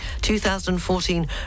2014